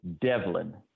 Devlin